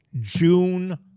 June